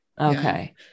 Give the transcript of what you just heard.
Okay